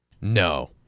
No